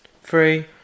Three